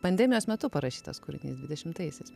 pandemijos metu parašytas kūrinys dvidešimtaisiais